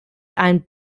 ein